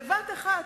בבת אחת,